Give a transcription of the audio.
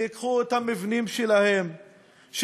שייקחו את המבנים שלהם,